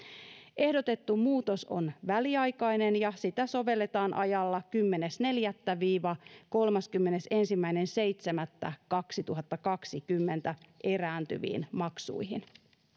ehdotettu muutos on väliaikainen ja sitä sovelletaan ajalla kymmenes neljättä viiva kolmaskymmenesensimmäinen seitsemättä kaksituhattakaksikymmentä erääntyviin maksuihin